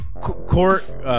court